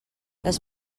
les